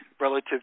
relative